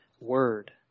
Word